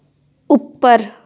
ਉੱਪਰ